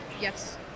Yes